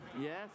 yes